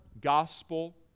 gospel